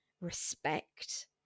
respect